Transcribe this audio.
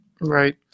Right